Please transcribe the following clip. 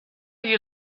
you